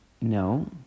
no